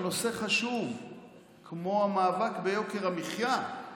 על נושא חשוב כמו המאבק ביוקר המחיה,